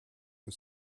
für